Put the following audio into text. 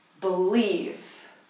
believe